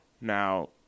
Now